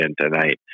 tonight